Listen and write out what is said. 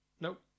Nope